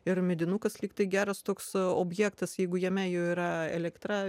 ir medinukas lyg tai geras toks objektas jeigu jame yra elektra